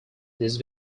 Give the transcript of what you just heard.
this